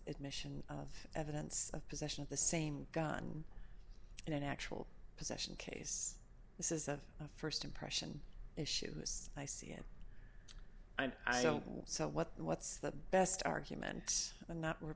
admission of evidence of possession of the same gun in an actual possession case this is a st impression issues i see and i don't know what what's the best argument and not we're